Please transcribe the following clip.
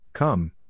Come